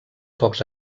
pocs